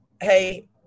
Hey